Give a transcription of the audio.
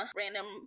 random